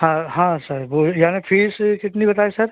हाँ हाँ सर वह यानी फीस कितनी बताए सर